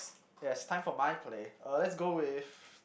yes time for my play uh let's go with